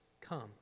come